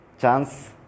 chance